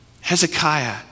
Hezekiah